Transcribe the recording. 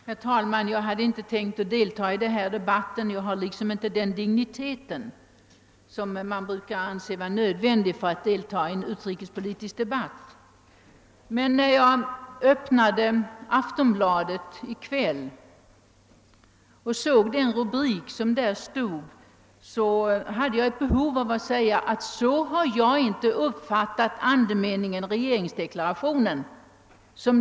Herr talman! Jag hade egentligen inte tänkt delta i denna debatt. Jag tyckte liksom inte att jag har den dignitet som brukar anses nödvändig för att delta i en utrikespolitisk diskussion. Men när jag i kväll slog upp Aftonbladet och läste en rubrik som stod där, fick jag ett behov av att säga att så som den rubriken angav har inte jag uppfattat andemeningen i regeringsdeklarationen.